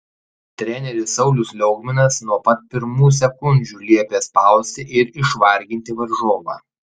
treneris saulius liaugminas nuo pat pirmų sekundžių liepė spausti ir išvarginti varžovą